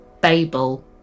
Babel